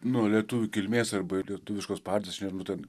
nu lietuvių kilmės arba lietuviškos pavardės nežinau ten